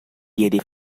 diede